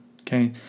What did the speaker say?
Okay